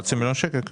קרוב לחצי מיליון שקל.